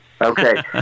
Okay